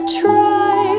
try